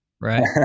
Right